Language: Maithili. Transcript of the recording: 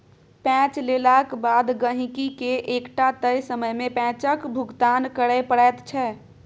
पैंच लेलाक बाद गहिंकीकेँ एकटा तय समय मे पैंचक भुगतान करय पड़ैत छै